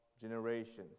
generations